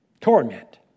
torment